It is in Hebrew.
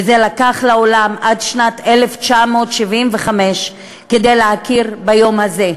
וזה לקח לעולם עד שנת 1977 להכיר ביום הזה.